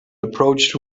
approached